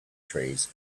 trees